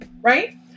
right